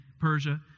Persia